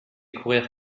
courir